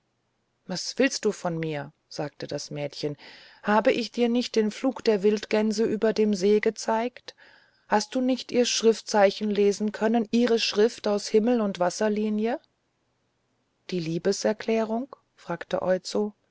was willst du von mir sagte das mädchen habe ich dir nicht den flug der wildgänse über den see gezeigt hast du nicht ihr schriftzeichen lesen können ihre schrift aus himmel und wasserlinie die liebeserklärung fragte